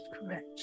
correct